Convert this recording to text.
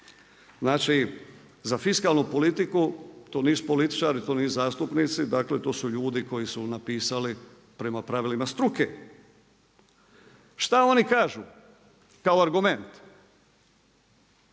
znači za fiskalnu politiku, to nisu političari, to nisu zastupnici, dakle to su ljudi koji su napisali prema pravilima struke. Šta oni kažu kao argument?